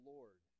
Lord